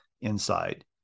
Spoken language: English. inside